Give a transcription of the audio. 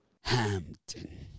Hampton